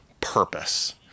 purpose